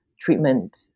treatment